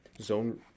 zone